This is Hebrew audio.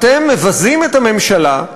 אתם מבזים את הממשלה,